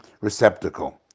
receptacle